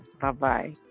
Bye-bye